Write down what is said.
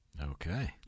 Okay